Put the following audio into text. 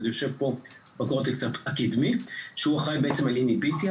שזה יושב פה ב --- הקדמי ושהוא אחראי בעצם על אינהיביציה,